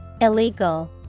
Illegal